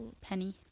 Penny